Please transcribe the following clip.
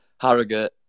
Harrogate